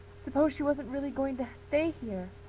suppose she wasn't really going to stay here!